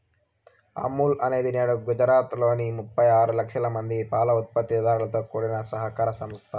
అమూల్ అనేది నేడు గుజరాత్ లోని ముప్పై ఆరు లక్షల మంది పాల ఉత్పత్తి దారులతో కూడిన సహకార సంస్థ